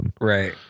right